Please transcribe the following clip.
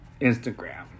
Instagram